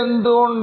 എന്തുകൊണ്ട്